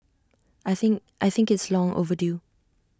I think I think it's long overdue